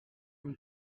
him